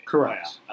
Correct